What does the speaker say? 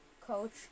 coach